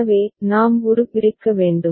எனவே நாம் ஒரு பிரிக்க வேண்டும்